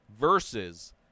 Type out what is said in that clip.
versus